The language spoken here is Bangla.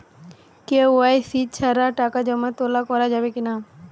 কে.ওয়াই.সি ছাড়া টাকা জমা তোলা করা যাবে কি না?